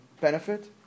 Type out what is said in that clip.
benefit